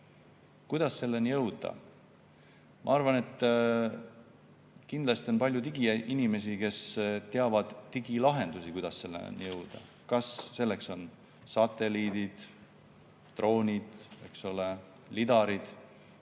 Kuidas selleni jõuda? Ma arvan, et kindlasti on palju digiinimesi, kes teavad digilahendusi, kuidas selleni jõuda, kas selleks on vaja satelliite, droone, eks